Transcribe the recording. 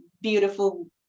beautiful